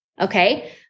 okay